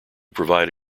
provide